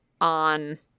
on